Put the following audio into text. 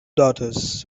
daughters